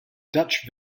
dutch